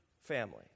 family